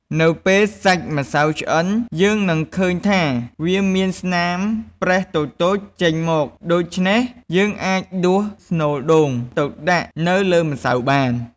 នៅពេលសាច់ម្សៅឆ្អិន យើងនឹងឃើញថា វាមានស្នាមប្រេះតូចៗចេញមក ដូច្នេះ យើងអាចដួសស្នូលដូងទៅដាក់នៅលើម្សៅបាន។